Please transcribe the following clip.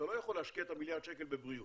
לא יכול להשקיע את מיליארד השקל בבריאות.